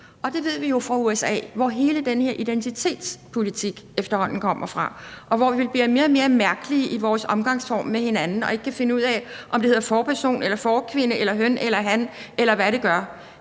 jo kender det fra USA, hvor hele den her identitetspolitik efterhånden kommer fra, og vi bliver mere og mere mærkelige i vores omgangsform med hinanden og kan ikke finde ud af, om det hedder forperson eller forkvinde eller hen eller han, eller hvad det gør.